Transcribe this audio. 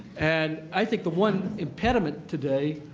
and i think the one impediment today